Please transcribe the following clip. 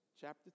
chapter